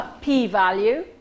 P-value